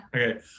Okay